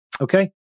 Okay